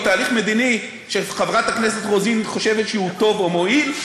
או תהליך מדיני שחברת הכנסת רוזין חושבת שהוא טוב או מועיל,